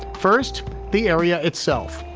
first the area itself.